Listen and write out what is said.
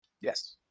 Yes